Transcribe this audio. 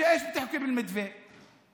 במה מדובר במתווה?